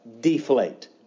deflate